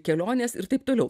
kelionės ir taip toliau